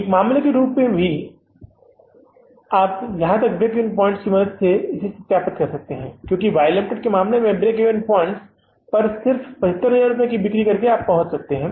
एक मामले के रूप में भी आप यहां तक कि ब्रेक इवन पॉइंट्स की मदद से यहां सत्यापित कर सकते हैं क्योंकि Y Ltd के मामले में हम ब्रेक इवन पॉइंट्स पर सिर्फ 75000 रुपये की बिक्री करके पहुंचते हैं